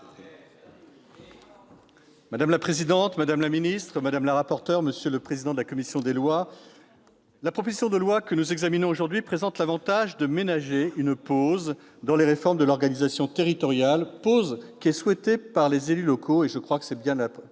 Madame la présidente, madame la ministre, madame la rapporteur, monsieur le président de la commission des lois, mes chers collègues, la proposition de loi que nous examinons aujourd'hui présente l'avantage de ménager une pause dans les réformes de l'organisation territoriale, pause qui est souhaitée par les élus locaux- et c'est le rôle